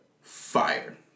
Fire